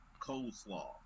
coleslaw